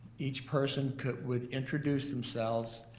each person would introduce themselves,